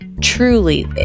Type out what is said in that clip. truly